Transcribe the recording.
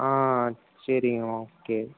ஆ சரிங்க ஓகே